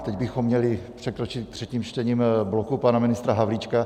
Teď bychom měli přikročit třetím čtením k bloku pana ministra Havlíčka.